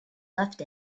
left